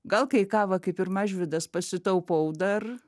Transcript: gal kai ką va kaip ir mažvydas pasitaupau dar